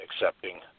accepting